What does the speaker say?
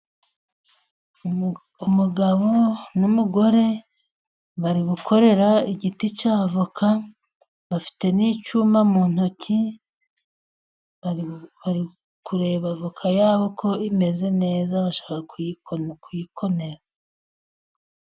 Umugabo n'umugore bari gukorera igiti cya avoka bafite n'icyuma mu ntoki, bari kureba avoka yabo ko imeze neza bashaka kuyikonera.